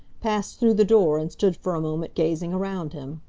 passed through the door and stood for a moment gazing around him.